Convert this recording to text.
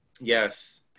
Yes